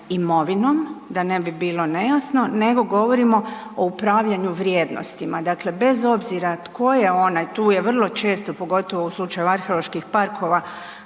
imovinom, da ne bi bilo nejasno, nego govorimo o upravljanju vrijednostima. Dakle, bez obzira tko je onaj, tu je vrlo često, pogotovo u slučaju arheoloških parkova,